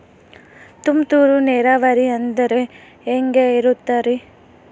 ತುಂತುರು ನೇರಾವರಿ ಅಂದ್ರೆ ಹೆಂಗೆ ಇರುತ್ತರಿ?